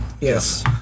Yes